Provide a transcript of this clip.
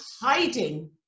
hiding